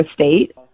state